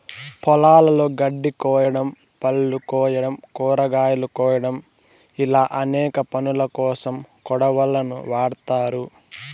పొలాలలో గడ్డి కోయడం, పళ్ళు కోయడం, కూరగాయలు కోయడం ఇలా అనేక పనులకోసం కొడవళ్ళను వాడ్తారు